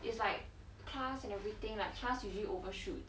it's like class and everything like class usually overshoot